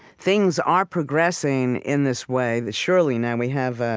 things are progressing in this way that surely, now, we have ah